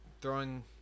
throwing